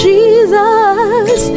Jesus